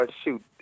shoot